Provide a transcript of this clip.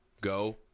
go